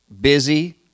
busy